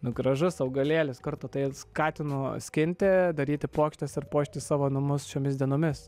nu gražus augalėlis kartu tai skatinu skinti daryti puokštes ir puošti savo namus šiomis dienomis